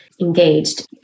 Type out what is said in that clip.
engaged